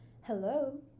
hello